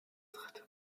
dritte